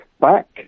back